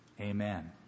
amen